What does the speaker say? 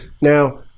Now